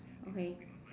okay